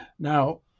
Now